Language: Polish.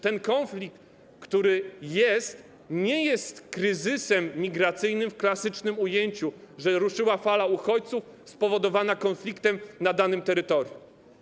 Ten konflikt, który jest, nie jest kryzysem migracyjnym w klasycznym ujęciu, że ruszyła fala uchodźców spowodowana konfliktem na danym terytorium.